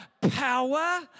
power